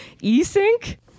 e-sync